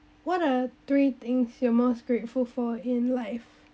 what are three things you're most grateful for in life